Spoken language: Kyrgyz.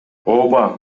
ооба